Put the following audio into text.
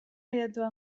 gidatua